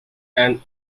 and